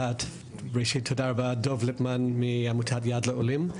ראשית תודה רבה, דב ליפמן מעמותת יד לעולים,